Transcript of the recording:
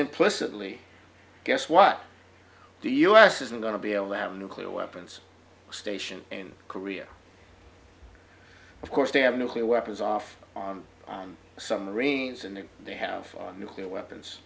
implicitly guess what do u s isn't going to be able to have nuclear weapons station in korea of course they have nuclear weapons off on some marines and they have nuclear weapons